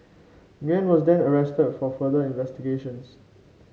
Nguyen was then arrested for further investigations